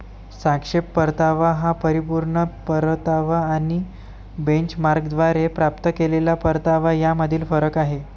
सापेक्ष परतावा हा परिपूर्ण परतावा आणि बेंचमार्कद्वारे प्राप्त केलेला परतावा यामधील फरक आहे